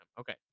Okay